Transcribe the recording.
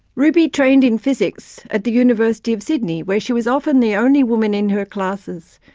ruby trained in physics at the university of sydney, where she was often the only woman in her classes,